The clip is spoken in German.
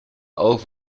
auch